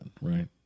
right